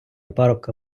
парубка